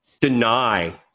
deny